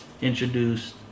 introduced